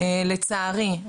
לצערי,